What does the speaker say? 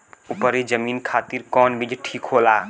उपरी जमीन खातिर कौन बीज ठीक होला?